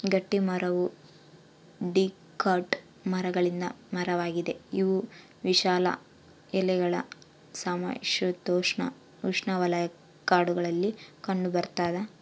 ಗಟ್ಟಿಮರವು ಡಿಕಾಟ್ ಮರಗಳಿಂದ ಮರವಾಗಿದೆ ಇವು ವಿಶಾಲ ಎಲೆಗಳ ಸಮಶೀತೋಷ್ಣಉಷ್ಣವಲಯ ಕಾಡುಗಳಲ್ಲಿ ಕಂಡುಬರ್ತದ